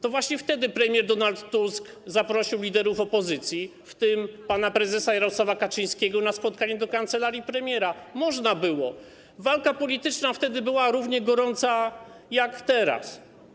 To właśnie wtedy premier Donald Tusk zaprosił liderów opozycji, w tym pana prezesa Jarosława Kaczyńskiego, na spotkanie do kancelarii premiera - można było, walka polityczna wtedy była równie gorąca jak teraz.